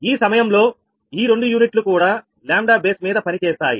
ఈ సమయంలో లో ఈ రెండు యూనిట్లు కూడా λ బేస్ మీద పనిచేస్తాయి